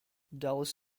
dallas